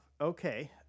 Okay